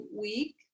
week